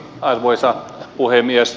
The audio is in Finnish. arvoisa puhemies